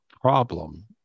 problem